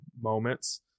moments